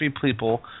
people